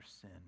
sin